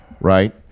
Right